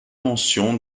mention